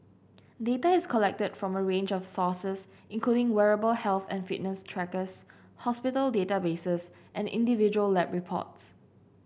data is collected from a range of sources including wearable health and fitness trackers hospital databases and individual lab reports